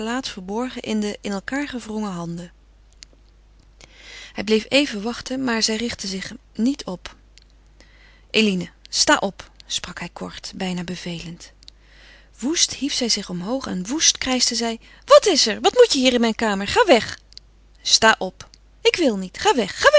verborgen in de in elkaar gewrongen handen hij bleef even wachten maar zij richtte zich niet op eline sta op sprak hij kort bijna bevelend woest hief zij zich omhoog en woest krijschte zij wat is er wat moet je hier in mijn kamer ga weg sta op ik wil niet ga weg